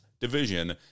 division